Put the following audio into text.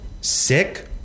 sick